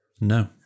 No